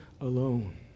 alone